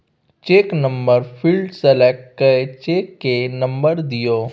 cheque number field select कए check केर number दियौ